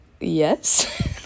yes